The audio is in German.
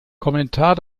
kommentar